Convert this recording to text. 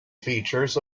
features